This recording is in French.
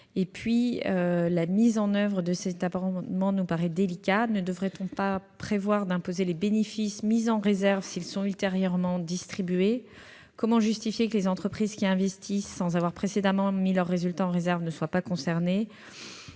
ailleurs, la mise en oeuvre d'une telle disposition nous paraît délicate. Ne devrait-on pas prévoir d'imposer les bénéfices mis en réserve s'ils sont ultérieurement distribués ? Comment justifier que les entreprises qui investissent sans avoir précédemment mis leurs résultats en réserve ne soient pas concernées ?